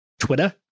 Twitter